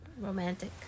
Romantic